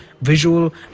visual